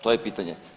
To je pitanje.